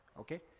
Okay